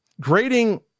Grading